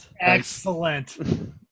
excellent